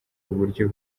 uburyo